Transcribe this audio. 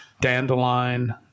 dandelion